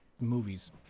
movies